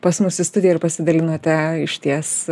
pas mus į studiją ir pasidalinote išties